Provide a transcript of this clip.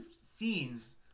scenes